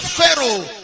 Pharaoh